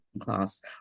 class